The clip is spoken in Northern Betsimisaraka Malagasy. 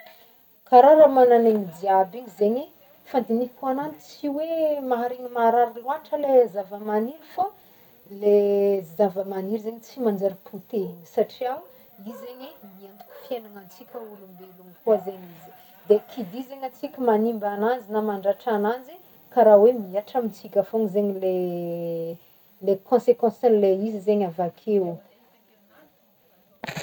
Karaha raha manan'aigny jiaby igny zegny, fandignihiko ananjy, tsy hoe maharegny marary loàtra le zavamaniry fô le zavamaniry zegny tsy manjary potehigny satrià ho i zegny miantoky fiaignagn'antsika olombelogno koa zegny izy, de qui dit zegny antsika manimba agnanjy na mandratra agnanjy karaha hoe mihantra amintsika fogny zegny le le consequencen'le izy zegny avakeo.